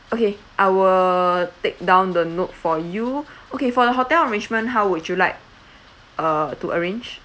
okay I will take down the note for you okay for the hotel arrangement how would you like uh to arrange